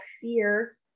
fear